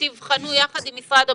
תבחנו עם משרד הבריאות,